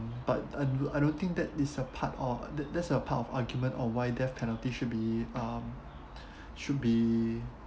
but I don't I don't think that is a part of that that's a part of argument of why death penalty should be um should be